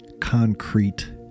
concrete